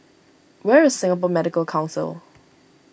where is Singapore Medical Council